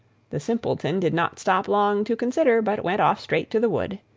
the simpleton did not stop long to consider, but went off straight to the wood.